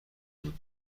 بود